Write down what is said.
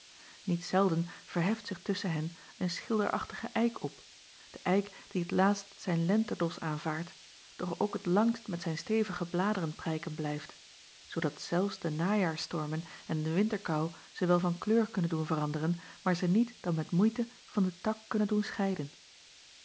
niet zelden verheft zich tusschen hen een schil acob van ennep laasje evenster delen derachtige eik op de eik die t laatst zijn lentedos aanvaardt doch ook t langst met zijn stevige bladeren prijken blijft zoodat zelfs de najaarsstormen en de winterkou ze wel van kleur kunnen doen veranderen maar ze niet dan met moeite van den tak kunnen doen scheiden